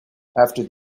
after